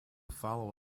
follow